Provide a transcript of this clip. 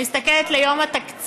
אני מסתכלת על יום התקציב,